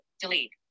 Delete